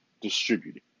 distributed